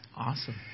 Awesome